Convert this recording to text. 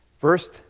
First